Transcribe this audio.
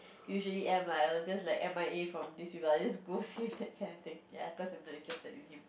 usually am lah I'll just like M_I_A from this people just ghost him that kind of thing ya cause I'm not interested in him